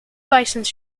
bisons